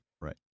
right